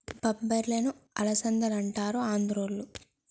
బొబ్బర్లనే అలసందలంటారు ఆంద్రోళ్ళు